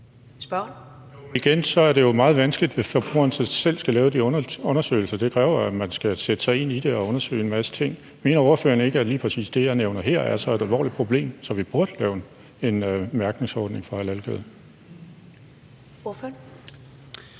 igen er det jo meget vanskeligt, hvis forbrugeren selv skal lave de undersøgelser. Det kræver jo, at man sætter sig ind i det og undersøger en masse ting. Mener ordføreren ikke, at lige præcis det, jeg nævner her, er så alvorligt et problem, at vi burde lave en mærkningsordning for halalkød?